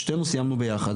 שתינו סיימנו יחד,